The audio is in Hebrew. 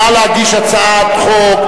נא להגיש הצעת חוק.